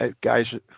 guys